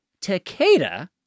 Takeda